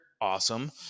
Awesome